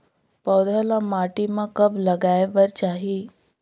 पौधा ल माटी म कब लगाए बर चाही?